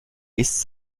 ist